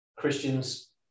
Christians